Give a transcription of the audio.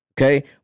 Okay